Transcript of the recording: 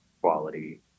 quality